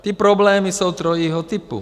Ty problémy jsou trojího typu.